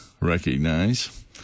recognize